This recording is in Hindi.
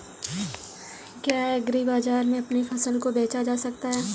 क्या एग्रीबाजार में अपनी फसल को बेचा जा सकता है?